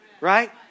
Right